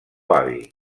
avi